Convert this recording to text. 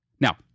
Now